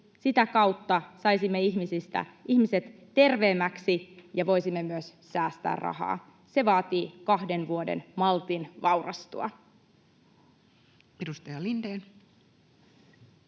Sitä kautta saisimme ihmiset terveemmiksi ja voisimme myös säästää rahaa. Se vaatii kahden vuoden maltin vaurastua. [Speech